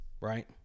Right